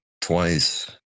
twice